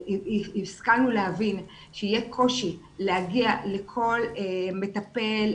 השכלנו להבין שיהיה קושי להגיע לכל מטפל,